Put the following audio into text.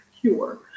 cure